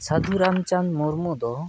ᱥᱟᱫᱷᱩ ᱨᱟᱢᱪᱟᱸᱫᱽ ᱢᱩᱨᱢᱩ ᱫᱚ